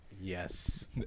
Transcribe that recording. Yes